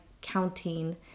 counting